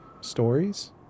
stories